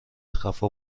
خفا